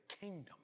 kingdom